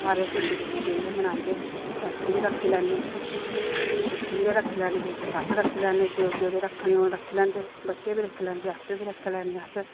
सारे खुशी खुशी बेहियै मनांदे बरत बी रखी लैने बिच पूरे रखी लैने बिच घट्ट रखी लैने जेह्डे़ जेह्डे़ रखने होन रखी लैंदे बच्चे बी रखी लैंदे आपें बी रखी लैने अस